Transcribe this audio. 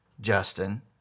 Justin